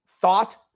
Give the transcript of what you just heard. thought